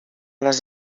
les